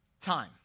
time